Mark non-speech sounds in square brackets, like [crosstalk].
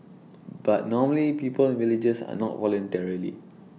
but normally people in villages are not [unintelligible]